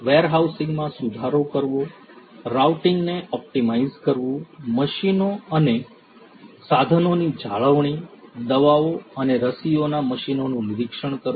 warehousing માં સુધારો કરવો રાઉટિંગને ઓપ્ટિમાઇઝ કરવું મશીનો અને સાધનોની જાળવણી દવાઓ અને રસીઓના મશીનોનું નિરીક્ષણ કરવું